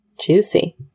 Juicy